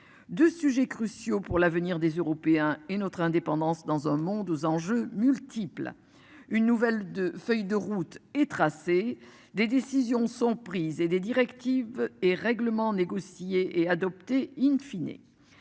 de sujets cruciaux pour l'avenir des Européens et notre indépendance dans un monde aux enjeux multiples, une nouvelle de feuille de route est tracée. Des décisions sont prises et des directives et règlements négociés et adoptés in fine